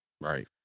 Right